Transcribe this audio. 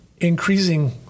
increasing